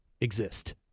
exist